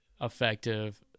effective